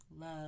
love